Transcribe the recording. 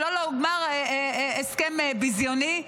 שלא לומר הסכם ביזיוני,